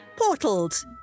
portaled